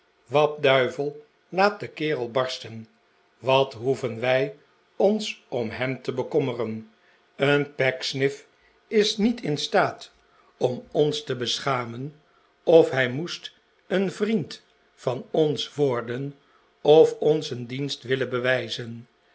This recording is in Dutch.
wat duivel laat de kerel barsten wat hoeven wij ons om hem te bekommeren een pecksniff is niet in staat om ons te beschamen of hij moest een vriend van ons worden of ons een dienst willen bewijzen